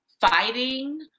fighting